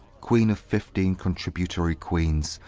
queen of fifteen contributory queens,